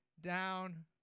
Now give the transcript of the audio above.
down